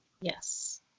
Yes